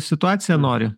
situaciją nori